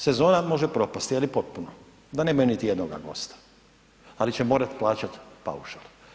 Sezona može propasti, je li potpuno da nemaju niti jednoga gosta, ali će morat plaćat paušal.